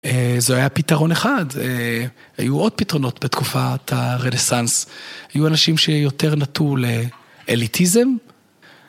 זה היה פתרון אחד, היו עוד פתרונות בתקופת הרדסנס, היו אנשים שיותר נטו לאליטיזם.